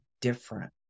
different